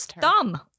dumb